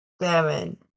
seven